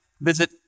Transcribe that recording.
Visit